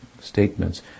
statements